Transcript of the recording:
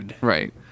right